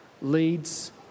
leads